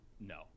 No